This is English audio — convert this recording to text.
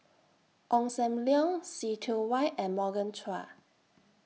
Ong SAM Leong See Tiong Wah and Morgan Chua